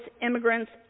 immigrants